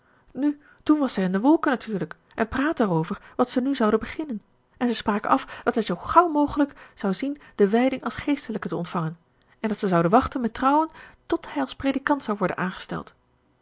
nu toen was hij in de wolken natuurlijk en praatte erover wat ze nu zouden beginnen en ze spraken af dat hij zoo gauw mogelijk zou zien de wijding als geestelijke te ontvangen en dat ze zouden wachten met trouwen tot hij als predikant zou worden aangesteld